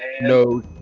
no